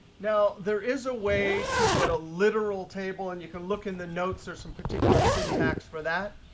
now there is a way to get a literal table, and you can look in the notes or some particular syntax for that.